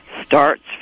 starts